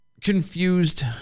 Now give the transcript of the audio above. confused